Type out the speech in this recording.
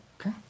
okay